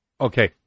Okay